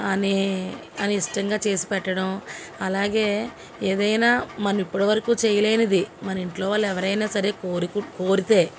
అనీ అనిష్టంగా చేసి పెట్టడం అలాగే ఏదైనా మనం ఇప్పటివరకు చేయలేనిది మన ఇంట్లో వాళ్ళు ఎవరైనా సరే కోరి కోరితే